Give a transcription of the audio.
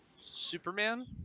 Superman